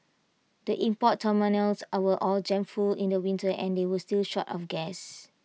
the import terminals were all jammed full in the winter and you were still short of gas